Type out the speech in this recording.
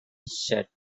set